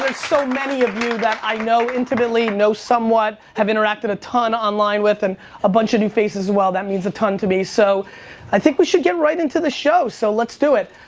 so many of you that i know intimately, know some what have interacted a ton on online with and a bunch of new faces well, that means a ton to me so i think we should get right into the show. so, let's do it.